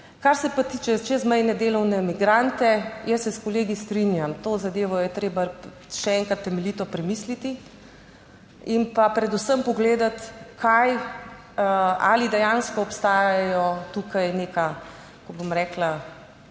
Kar se pa tiče čezmejne delovne migrante, jaz se s kolegi strinjam, to zadevo je treba še enkrat temeljito premisliti in pa predvsem pogledati kaj ali dejansko obstajajo. Tukaj nekako bom rekla,